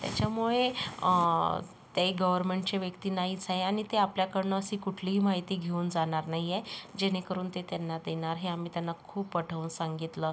त्याच्यामुळे त्याही गव्हर्नमेंटचे व्यक्ती नाहीच आहे आणि ते आपल्याकडनं अशी कुठलीही माहिती घेऊन जाणार नाही आहे जेणेकरून ते त्यांना देणार हे आम्ही त्यांना खूप पटवून सांगितलं